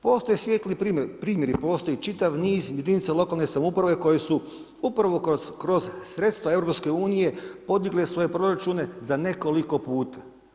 Postoje svijetli primjeri, postoji čitav niz jedinica lokalne samouprave koji su upravo kroz sredstva EU podigle svoje proračune za nekoliko puta.